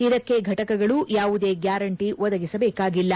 ಇದಕ್ಕೆ ಘಟಕಗಳು ಯಾವುದೇ ಗ್ಲಾರಂಟಿ ಒದಗಿಸಬೇಕಾಗಿಲ್ಲ